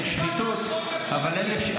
של שחיתות -- איך הצבעת על חוק הג'ובים,